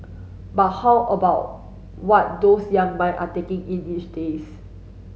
but how about what those young mind are taking in each days